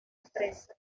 empresa